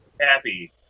Happy